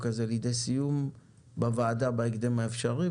הזה לידי סיום בוועדה בהקדם האפשרי,